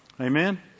Amen